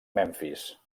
memfis